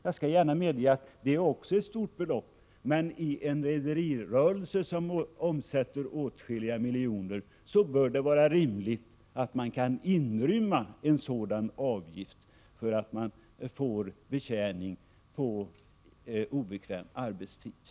Jag skall gärna medge att det också är ett stort belopp, men i en rederirörelse som omsätter åtskilliga miljoner bör det vara rimligt att kunna klara att erlägga en sådan avgift för betjäning på obekväma arbetstider.